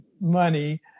money